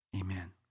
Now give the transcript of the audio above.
Amen